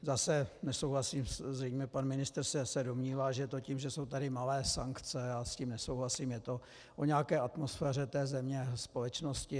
Zase nesouhlasím, zřejmě pan ministr se domnívá, že je to tím, že jsou tady malé sankce, já s tím nesouhlasím, je to o nějaké atmosféře té země, společnosti.